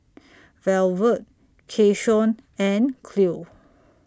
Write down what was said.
Velvet Keyshawn and Cleo